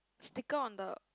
sticker on the